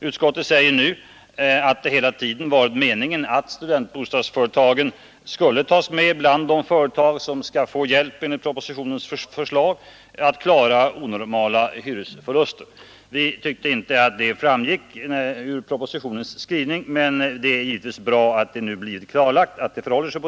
Utskottet skriver nu att det hela tiden har varit meningen att studentbostadsföretagen skulle tas med bland de företag som enligt propositionens förslag skall få hjälp att klara onormala hyresförluster. Vi tyckte inte att den saken framgick av propositionens skrivning, men det är naturligtvis bra att det nu har blivit klarlagt hur det förhåller sig.